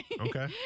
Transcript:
Okay